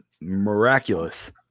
miraculous